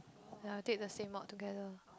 ya we take the same mod together